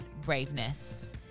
braveness